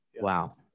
Wow